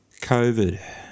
COVID